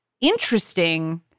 interesting